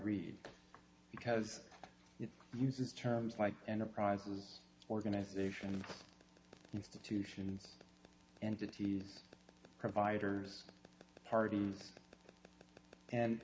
read because it uses terms like enterprise organization institutions and duties providers parties and